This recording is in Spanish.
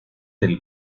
del